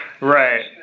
Right